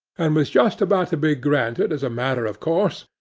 and was just about to be granted as a matter of course,